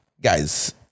guys